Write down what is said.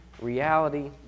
reality